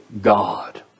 God